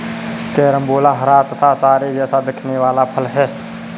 carambola हरा तथा तारे जैसा दिखने वाला फल है